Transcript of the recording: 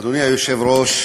אדוני היושב-ראש,